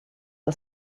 are